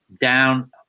down